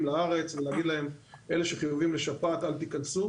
לארץ ולהגיד למי שחיובי לשפעת לא להיכנס.